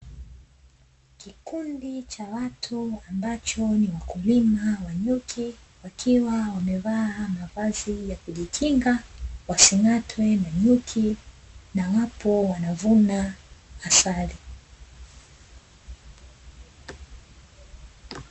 Kikundi cha watu ambacho ni wakulima wa nyuki wakiwa wamevaa mavazi ya kujikinga wasing'atwe na nyuki na wapo wanavuna asali.